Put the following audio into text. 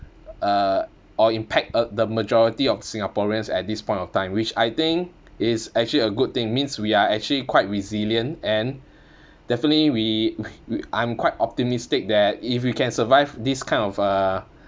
uh or impact uh the majority of singaporeans at this point of time which I think is actually a good thing means we are actually quite resilient and definitely we I'm quite optimistic that if we can survive this kind of uh